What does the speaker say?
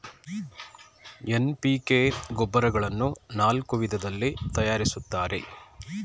NPK ಗೊಬ್ಬರಗಳನ್ನು ನಾಲ್ಕು ವಿಧದಲ್ಲಿ ತರಯಾರಿಸ್ತರೆ